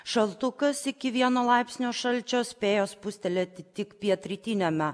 šaltukas iki vieno laipsnio šalčio spėjo spustelėti tik pietrytiniame